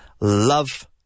love